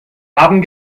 haben